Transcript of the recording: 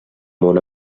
món